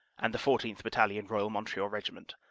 and the fourteenth. battalion, royal montreal regiment,